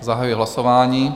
Zahajuji hlasování.